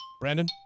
Brandon